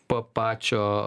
pa pačio